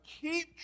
keep